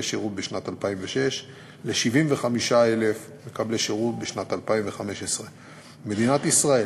שירות בשנת 2006 ל-75,000 מקבלי שירות בשנת 2015. מדינת ישראל